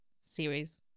series